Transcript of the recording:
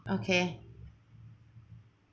okay